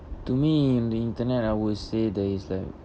to me the internet I would say there is like